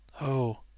Oh